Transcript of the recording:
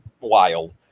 wild